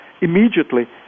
immediately